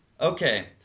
okay